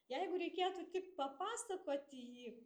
jeigu reikėtų tik papasakoti jį